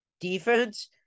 Defense